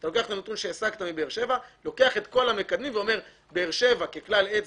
אתה לוקח את כל המקדמים ואומר: באר-שבע ככלל אצבע,